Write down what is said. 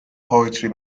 poetry